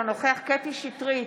אינו נוכח קטי קטרין שטרית,